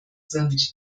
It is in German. sind